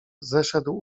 zeszedł